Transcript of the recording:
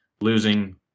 losing